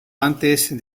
antes